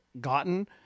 gotten